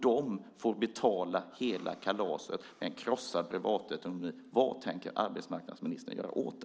De får betala hela kalaset med en krossad privatekonomi. Vad tänker arbetsmarknadsministern göra åt det?